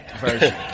version